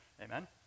Amen